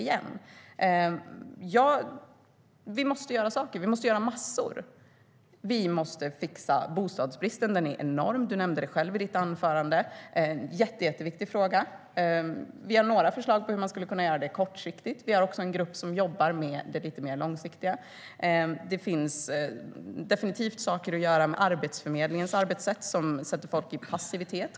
Vi måste göra massor av saker. Vi måste fixa bostadsbristen. Den är enorm, och du nämnde den själv i ditt anförande. Det är en jätteviktig fråga. Vi har några förslag till hur man skulle kunna göra det kortsiktigt. Vi har också en grupp som jobbar med det mer långsiktigt. Det finns definitivt saker att göra med Arbetsförmedlingens arbete som försätter folk i passivitet.